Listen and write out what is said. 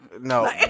No